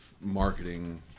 marketing